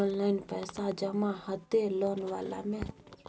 Online पैसा जमा हते लोन वाला में?